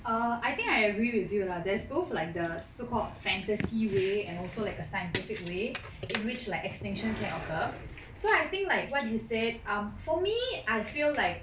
err I think I agree with you lah there's both like the so called fantasy way and also like a scientific way in which like extinction can occur so I think like what you said um for me I feel like